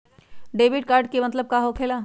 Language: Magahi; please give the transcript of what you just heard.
डेबिट कार्ड के का मतलब होकेला?